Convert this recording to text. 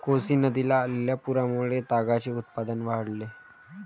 कोसी नदीला आलेल्या पुरामुळे तागाचे उत्पादन वाढले